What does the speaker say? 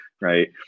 right